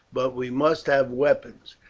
but we must have weapons.